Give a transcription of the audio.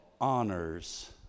honors